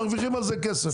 מרוויחים על זה כסף.